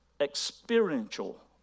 experiential